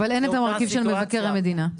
אבל אין את המרכיב של מבקר המדינה.